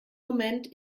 moment